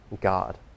God